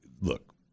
look